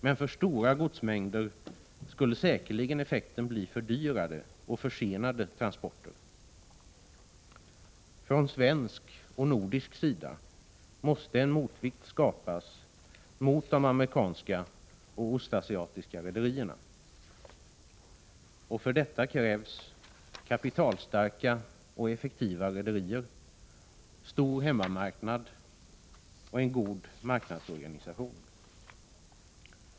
Men för stora godsmängder skulle effekten säkerligen bli fördyrade och försenade transporter. Från svensk — och nordisk — sida måste en motvikt skapas mot de amerikanska och ostasiatiska rederierna. För detta krävs kapitalstarka och effektiva rederier, en stor hemmamarknad och en god marknadsorganisation.